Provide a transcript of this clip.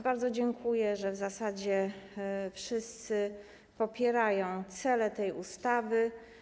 Bardzo dziękuję, że w zasadzie wszyscy popierają cele tej ustawy.